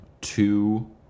two